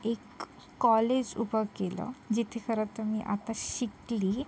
एक कॉलेज उभं केलं जिथे खरं तर मी आता शिकले